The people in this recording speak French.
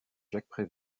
jacques